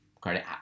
credit